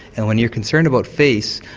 and when you're concerned about face,